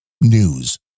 news